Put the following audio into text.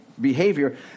behavior